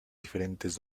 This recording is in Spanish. diferentes